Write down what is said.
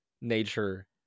nature